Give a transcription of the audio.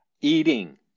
eating